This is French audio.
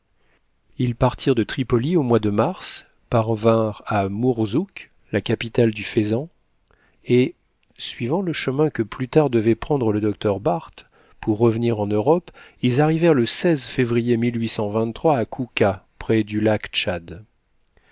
ils partirent de tripoli au mois de mars parvinrent à mourzouk la capitale du fezzan et suivant le chemin que plus tard devait prendre le docteur barth pour revenir en europe ils arrivèrent le février à kouka prés du lac tchad